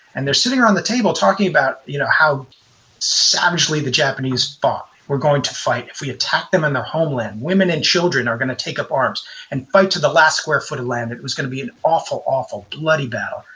and they're sitting around the table talking about you know how savagely the japanese fought. we're going to fight. if we attack them in their homeland, women and children are going to take up arms and fight to the last square foot of land. it was going to be an awful, awful, bloody battle.